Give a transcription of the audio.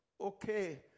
Okay